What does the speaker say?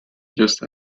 just